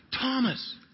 Thomas